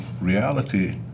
reality